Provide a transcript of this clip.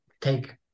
take